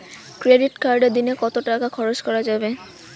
Credit কার্ডে দিনে কত টাকা খরচ করা যাবে?